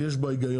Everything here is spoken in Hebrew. ויש בה היגיון,